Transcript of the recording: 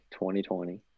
2020